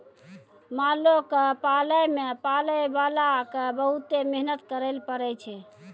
मालो क पालै मे पालैबाला क बहुते मेहनत करैले पड़ै छै